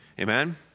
Amen